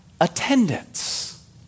attendance